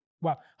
Wow